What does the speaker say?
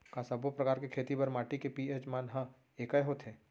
का सब्बो प्रकार के खेती बर माटी के पी.एच मान ह एकै होथे?